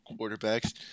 quarterbacks